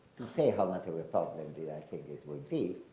to say how much of a problem did i think it would be.